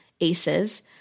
ACEs